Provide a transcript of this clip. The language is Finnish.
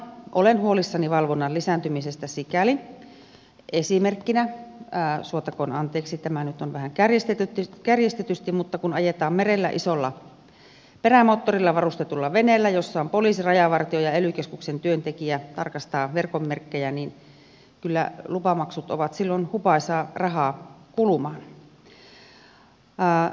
olen huolissani valvonnan lisääntymisestä sikäli suotakoon anteeksi tämä nyt on esimerkkinä vähän kärjistetty että kun ajetaan merellä isolla perämoottorilla varustetulla veneellä jossa poliisi rajavartio ja ely keskuksen työntekijä tarkastavat verkkomerkkejä niin kyllä lupamaksut ovat silloin hupaisaa rahaa kulumaan